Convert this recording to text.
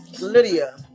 Lydia